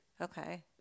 Okay